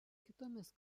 kitomis